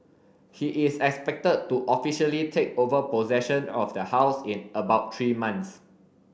he is expected to officially take over possession of the house in about three months